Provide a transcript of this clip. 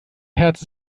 herz